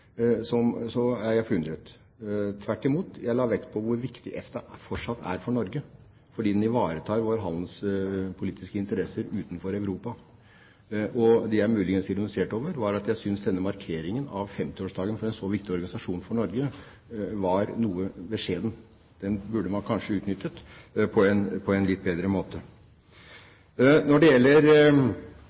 er jeg forundret. Tvert imot – jeg la vekt på hvor viktig EFTA fortsatt er for Norge, fordi organisasjonen ivaretar våre handelspolitiske interesser utenfor Europa. Det jeg muligens ironiserte over, var at markeringen av femtiårsdagen for en så viktig organisasjon for Norge etter mitt syn var noe beskjeden. Den burde man kanskje utnyttet på en litt bedre måte. Når det gjelder